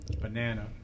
banana